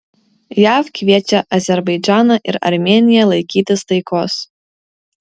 jav kviečia azerbaidžaną ir armėniją laikytis taikos